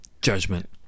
judgment